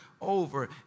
over